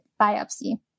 biopsy